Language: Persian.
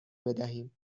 بدهیم